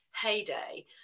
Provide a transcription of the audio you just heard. heyday